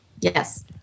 Yes